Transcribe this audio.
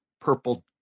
Purple